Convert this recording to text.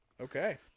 okay